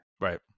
Right